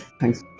thanks,